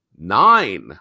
nine